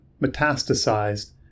metastasized